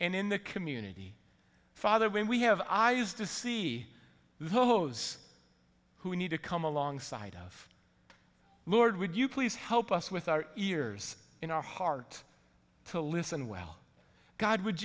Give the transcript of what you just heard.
and in the community father when we have eyes to see those who need to come alongside of the lord would you please help us with our ears in our heart to listen well god would